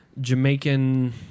Jamaican